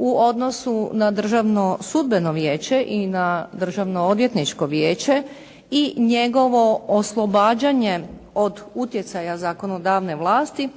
U odnosu na Državno sudbeno vijeće i na Državno odvjetničko vijeće i njegovo oslobađanje od njegovog utjecaja zakonodavne vlasti,